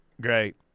Great